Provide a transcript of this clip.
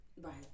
Right